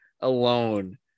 alone